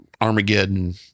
Armageddon